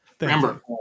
Remember